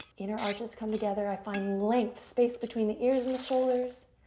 inner arches come together. i find length. space between the ears and the shoulders.